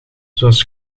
zoals